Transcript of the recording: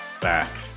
back